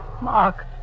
Mark